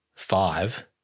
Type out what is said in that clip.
five